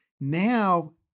now